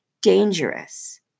dangerous